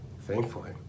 Thankfully